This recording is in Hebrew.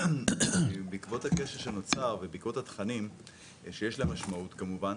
בעקבות הקשר שנוצר ובעקבות התכנים שיש לה משמעות כמובן,